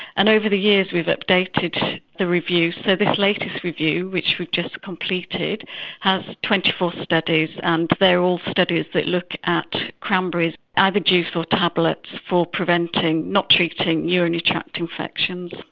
and over the years we've updated the review, so this latest review which we've just completed has twenty four studies and they're all studies that look at cranberry either juice or tablets for preventing not treating urinary tract infections.